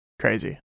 Crazy